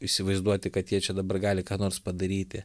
įsivaizduoti kad jie čia dabar gali ką nors padaryti